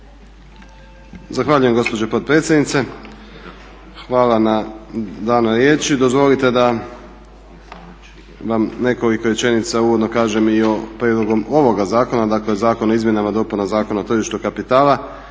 Zahvaljujem gospođo potpredsjednice. Hvala na danoj riječi. Dozvolite da vam nekoliko rečenica uvodno kažem i o prijedlogu ovoga zakona, dakle Zakon o izmjenama i dopunama Zakona o tržištu kapitala